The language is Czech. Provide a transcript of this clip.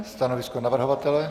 Stanovisko navrhovatele?